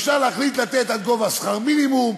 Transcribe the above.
אפשר להחליט לתת עד גובה שכר מינימום,